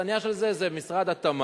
האכסניה של זה היא משרד התמ"ת.